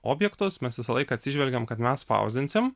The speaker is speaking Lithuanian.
objektus mes visąlaik atsižvelgiam kad mes spausdinsim